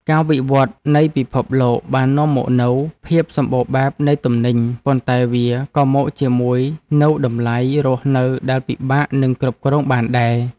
ការវិវត្តនៃពិភពលោកបាននាំមកនូវភាពសម្បូរបែបនៃទំនិញ ប៉ុន្តែវាក៏មកជាមួយនូវតម្លៃរស់នៅដែលពិបាកនឹងគ្រប់គ្រងបានដែរ។